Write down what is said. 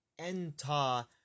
Enta